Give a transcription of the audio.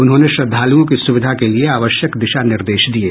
उन्होंने श्रद्धालुओं की सुविधा के लिये आवश्यक दिशा निर्देश दिये